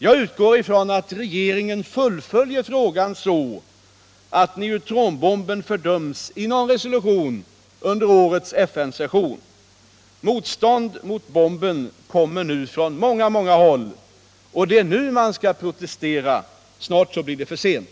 Jag utgår från att regeringen fullföljer frågan, så att neutronbomben fördöms i någon resolution under årets FN-session. Motstånd mot bomben reses nu från många håll. Det är nu man skall protestera. Snart blir det för sent.